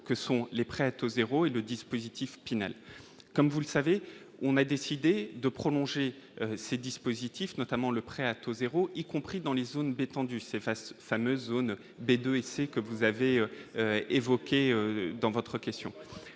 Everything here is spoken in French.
à taux zéro et le dispositif Pinel. Vous le savez, on a décidé de prolonger ces dispositifs, notamment le prêt à taux zéro, y compris dans les zones détendues- ces fameuses zones B2 et C, que vous avez évoquées dans votre question.